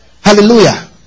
Hallelujah